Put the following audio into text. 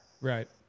Right